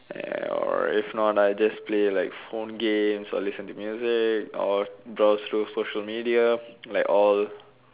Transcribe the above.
uh or if not I just play like phone games or listen to music or browse through social media like all